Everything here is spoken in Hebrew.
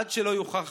עד שלא יוכח אחרת,